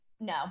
no